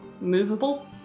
movable